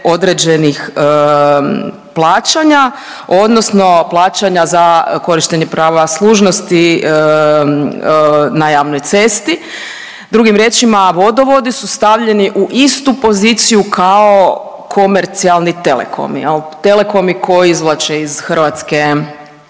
određenih plaćanja odnosno plaćanja za korištenje prava služnosti na javnoj cesti. Drugim riječima vodovodi su stavljeni u istu poziciju kao komercijalni telekomi jel. Telekomi koji izvlače iz Hrvatske